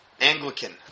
Anglican